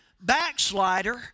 backslider